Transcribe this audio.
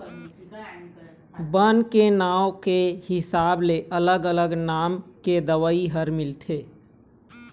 बन के नांव के हिसाब ले अलग अलग नाम के दवई ह मिलथे